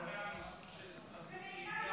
אדוני השר, אולי תגלה